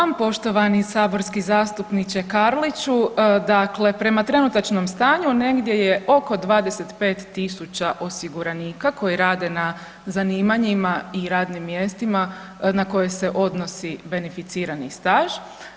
Hvala vam poštovani saborski zastupniče Karliću, dakle prema trenutačnom stanju negdje je oko 25.000 osiguranika koji rade na zanimanjima i radnim mjestima na koje se odnosi beneficirani staž.